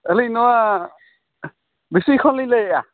ᱟᱹᱞᱤᱧ ᱱᱚᱣᱟ ᱵᱤᱥᱤ ᱠᱷᱚᱱᱞᱤᱧ ᱞᱟᱹᱭᱮᱫᱼᱟ